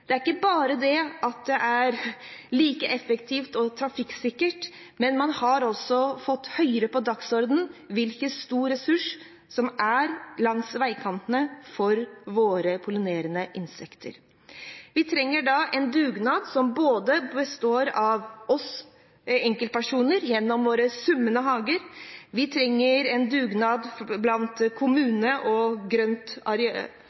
Det er ikke bare fordi det er like effektivt og trafikksikkert, men man har også fått høyere på dagsordenen hvilken stor ressurs som er langs veikantene for våre pollinerende innsekter. Vi trenger derfor en dugnad som består av oss enkeltpersoner – gjennom våre summende hager